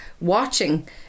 watching